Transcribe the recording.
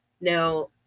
Now